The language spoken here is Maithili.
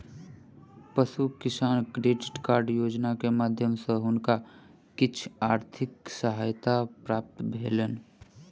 पशु किसान क्रेडिट कार्ड योजना के माध्यम सॅ हुनका किछ आर्थिक सहायता प्राप्त भेलैन